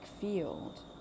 field